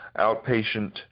outpatient